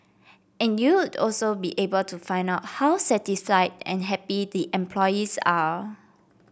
and you'd also be able to find out how satisfied and happy the employees are